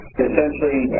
essentially